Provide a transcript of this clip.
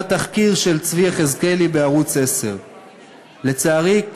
תחקיר של צבי יחזקאלי בערוץ 10. לצערי,